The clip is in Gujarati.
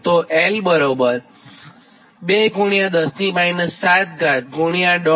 તો L 210 71501000ln 20